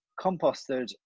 composted